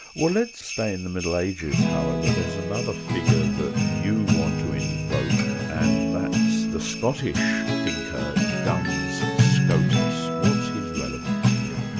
well let's stay in the middle ages, however. there's another figure that you want to invoke, and that's the scottish thinker, duns scotus. what's his relevance here?